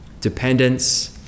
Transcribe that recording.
dependence